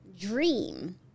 Dream